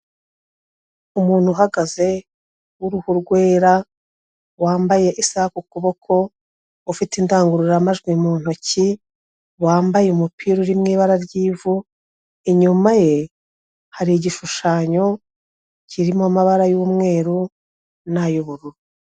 Umuntu uhagaze w'uruhu rwera; wambaye isaha ku ukuboko, ufite indangururamajwi mu ntoki; wambaye umupira uri mu ibara ry'ivu; inyuma ye hari igishushanyo kirimo amabara y'umweru nay'ubururu.